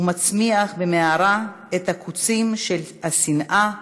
הוא מצמיח במהרה את הקוצים של השנאה והאלימות.